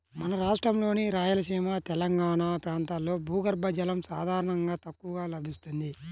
మన రాష్ట్రంలోని రాయలసీమ, తెలంగాణా ప్రాంతాల్లో భూగర్భ జలం సాధారణంగా తక్కువగా లభిస్తుంది